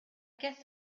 guess